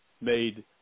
made